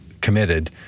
committed